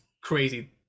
crazy